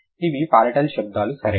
ఇవి పాలటల్ శబ్దాలు సరేనా